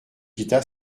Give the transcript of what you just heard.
quitta